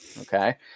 Okay